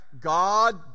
God